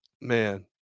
man